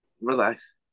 Relax